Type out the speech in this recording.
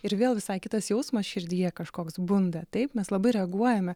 ir vėl visai kitas jausmas širdyje kažkoks bunda taip mes labai reaguojame